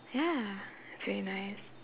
ya it's really nice